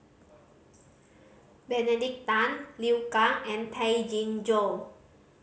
Benedict Tan Liu Kang and Tay Chin Joo